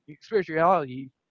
spirituality